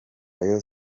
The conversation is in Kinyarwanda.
rayon